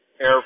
air